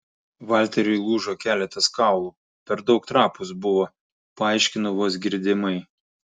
valteriui lūžo keletas kaulų per daug trapūs buvo paaiškino vos girdimai